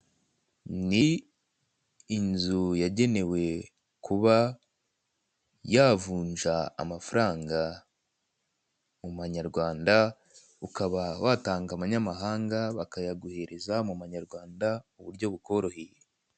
Ni inzu yagenewe kuba yavunja amafaranga mu manyarwanda ukaba watanga amanyamahanga bakayaguhereza mu manyarwanda mu buryo bukoroheye.